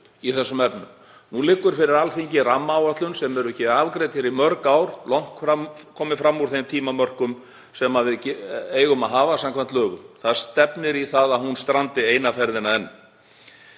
Nú liggur fyrir Alþingi rammaáætlun sem hefur ekki verið afgreidd í mörg ár, komin langt fram úr þeim tímamörkum sem við eigum að hafa samkvæmt lögum. Það stefnir í að hún strandi eina ferðina enn.